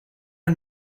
are